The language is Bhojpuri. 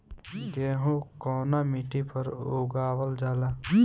गेहूं कवना मिट्टी पर उगावल जाला?